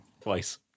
twice